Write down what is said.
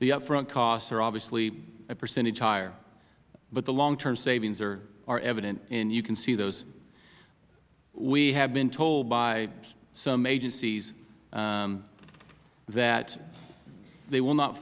the up front costs are obviously a percentage higher but the long term savings are evident and you can see those we have been told by some agencies that they will not